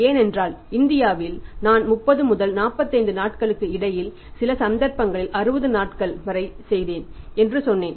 ஏனென்றால் இந்தியாவில் நான் 30 முதல் 45 நாட்களுக்கு இடையில் சில சந்தர்ப்பங்களில் 60 நாட்கள் வரை செய்தேன் என்று சொன்னேன்